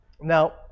Now